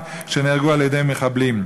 שנהרגו על-ידי מחבלים.